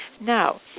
Now